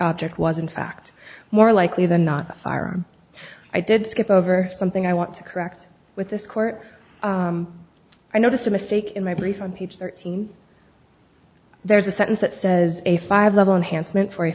object was in fact more likely than not a firearm i did skip over something i want to correct with this court i noticed a mistake in my brief on page thirteen there's a sentence that says a five level enhanced meant for a